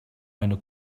eine